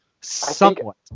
Somewhat